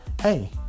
hey